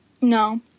No